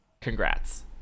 Congrats